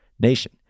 nation